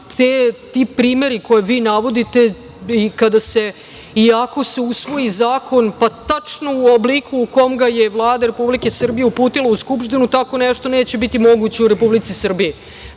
ti primeri koje vi navodite i ako se usvoji zakon, pa tačno u obliku u kome ga je Vlada Republike Srbije uputila u Skupštinu, tako nešto neće biti moguće u Republici Srbiji.